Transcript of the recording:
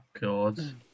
God